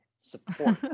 support